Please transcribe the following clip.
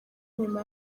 nyuma